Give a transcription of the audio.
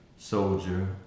soldier